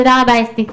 תודה רבה אסתי.